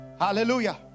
hallelujah